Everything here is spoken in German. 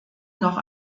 noch